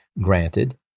Granted